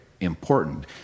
important